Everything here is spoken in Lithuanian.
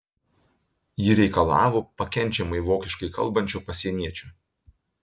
ji reikalavo pakenčiamai vokiškai kalbančio pasieniečio